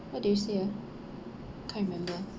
what did you say ah can't remember